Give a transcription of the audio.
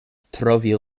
trovi